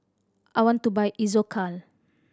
I want to buy Isocal